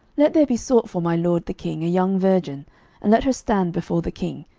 let there be sought for my lord the king a young virgin and let her stand before the king,